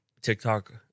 TikTok